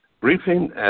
briefing